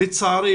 לצערי,